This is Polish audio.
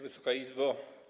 Wysoka Izbo!